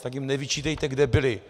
Tak jim nevyčítejte, kde byli.